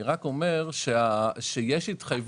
אני רק אומר שיש התחייבויות של השלטון המקומי